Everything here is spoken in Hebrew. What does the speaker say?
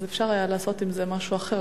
אפשר היה לעשות עם זה משהו אחר.